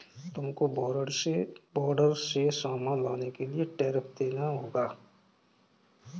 तुमको बॉर्डर से सामान लाने के लिए टैरिफ देना होगा